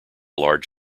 large